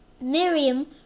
Miriam